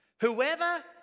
Whoever